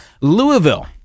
Louisville